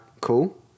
cool